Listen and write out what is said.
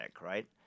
right